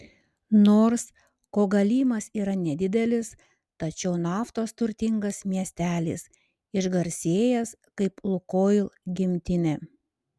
nors kogalymas yra nedidelis tačiau naftos turtingas miestelis išgarsėjęs kaip lukoil gimtinė